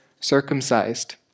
circumcised